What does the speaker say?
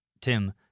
Tim